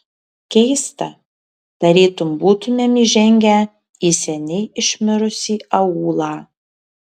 keista tarytum būtumėm įžengę į seniai išmirusį aūlą